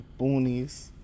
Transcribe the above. boonies